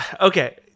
okay